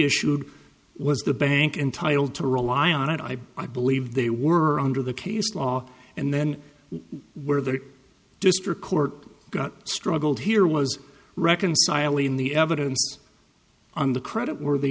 issued was the bank entitled to rely on it i believe they were under the case law and then where the district court got struggled here was reconciling the evidence on the credit worth